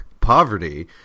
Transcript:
poverty